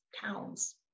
towns